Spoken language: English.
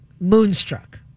Moonstruck